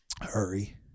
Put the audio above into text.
Hurry